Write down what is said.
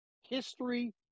History